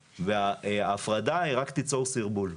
ההפרדה רק תיצור סרבול.